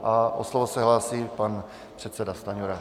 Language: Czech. O slovo se hlásí pan předseda Stanjura.